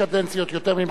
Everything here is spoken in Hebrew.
ואתה כבר בשנייה.